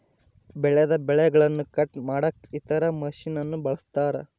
ಬೆಳೆದ ಬೆಳೆಗನ್ನ ಕಟ್ ಮಾಡಕ ಇತರ ಮಷಿನನ್ನು ಬಳಸ್ತಾರ